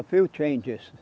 a few changes